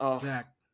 Zach